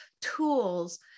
tools